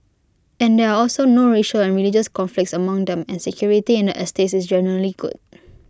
and there are also no racial and religious conflicts among them and security in the estates is generally good